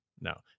No